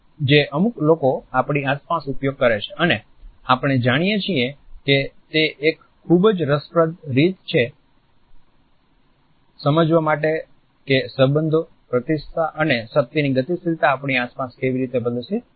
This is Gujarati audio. જે અમુક લોકો આપણી આસપાસ ઉપયોગ કરે છે અને આપણે જાણીએ છીએ કે તે એક ખૂબ જ રસપ્રદ રીત છે સમજવા માટે કે સંબંધો પ્રતિષ્ઠા અને શક્તિની ગતિશીલતા આપણી આસપાસ કેવી રીતે પ્રદર્શિત થાય છે